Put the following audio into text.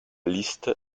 liste